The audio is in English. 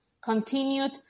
continued